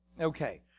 Okay